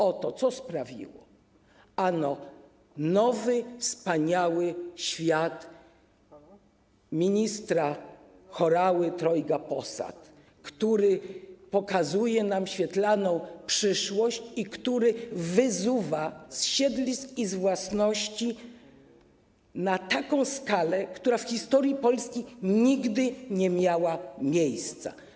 Oto, co to sprawiło - nowy wspaniały świat ministra Horały trojga posad, który pokazuje nam świetlaną przyszłość i który wyzuwa z siedlisk i z własności na taką skalę, która w historii Polski nigdy nie miała miejsca.